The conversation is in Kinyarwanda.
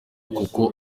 kuko